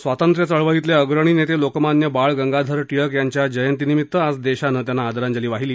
स्वांतत्र्यचळवळीतले अग्रणी नेते लोकमान्य बाळ गंगाधर टिळक यांच्या जयंतीनिमित्त आज देशानं त्यांना आदरांजली वाहिली